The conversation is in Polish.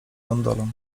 gondolą